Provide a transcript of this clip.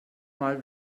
mal